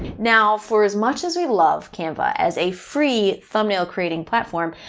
now for as much as we loved canva as a free thumbnail creating platform,